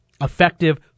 effective